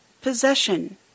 possession